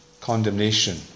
condemnation